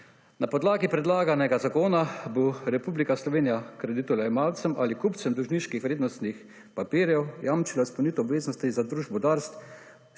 Na podlagi predlaganega zakona bo Republika Slovenija kreditojemalcem ali kupcem dolžniških vrednostnih papirjev jamčila izpolnitev obveznosti za družbo DARS,